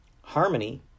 harmony